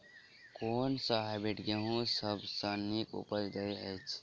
कुन सँ हायब्रिडस गेंहूँ सब सँ नीक उपज देय अछि?